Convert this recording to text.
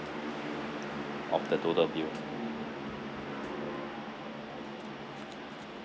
of the total bill